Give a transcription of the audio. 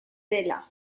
dela